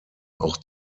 auch